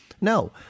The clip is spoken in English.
no